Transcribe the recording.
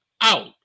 out